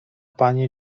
pani